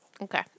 okay